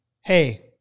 hey